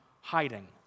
hiding